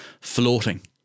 floating